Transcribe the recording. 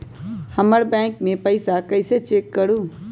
हमर बैंक में पईसा कईसे चेक करु?